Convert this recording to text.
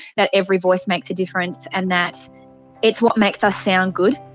that every voice makes a difference and that it's what makes us sound good.